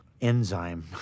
enzyme